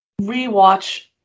rewatch